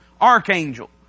archangel